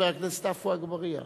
חבר הכנסת עפו אגבאריה.